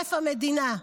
שתישרף המדינה.